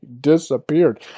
disappeared